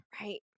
right